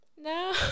no